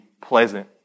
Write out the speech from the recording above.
pleasant